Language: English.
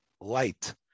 light